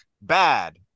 bad